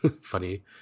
funny